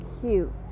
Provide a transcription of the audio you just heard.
cute